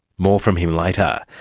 more from him later.